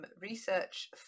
research